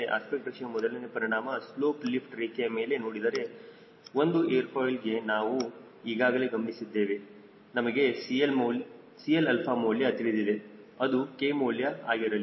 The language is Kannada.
ಅಸ್ಪೆಕ್ಟ್ ರೇಶಿಯೋ ಮೊದಲನೇ ಪರಿಣಾಮ ಸ್ಲೋಪ್ ಲಿಫ್ಟ್ ರೇಖೆಯ ಮೇಲೆ ನೋಡಿದರೆ ಒಂದು ಏರ್ ಫಾಯ್ಲ್ಗೆ ನಾವು ಈಗಾಗಲೇ ಗಮನಿಸಿದ್ದೇವೆ ನಮಗೆ 𝐶Lα ಮೌಲ್ಯ ತಿಳಿದಿದೆ ಅದು k ಮೌಲ್ಯ ಆಗಿರಲಿ